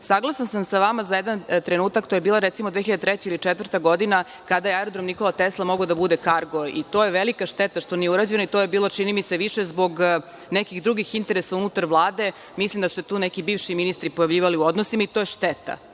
sam sa vama za jedan trenutak, to je bila, recimo, 2003. ili 2004. godina, kada je Aerodrom Nikola Tesla mogao da bude kargo, i to je velika šteta što nije urađeno. Ali, to je bilo, čini mi se, više zbog nekih drugih interesa unutar Vlade, mislim da su se tu neki bivši ministri pojavljivali u odnosima i to je šteta.